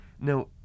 Now